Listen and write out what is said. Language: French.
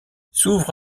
s’ouvre